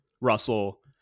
Russell